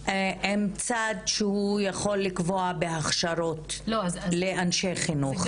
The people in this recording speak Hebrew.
שהממונות הן צד שהוא יכול לקבוע בהכשרות לאנשי חינוך.